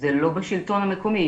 זה לא בשלטון המקומי.